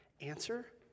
Answer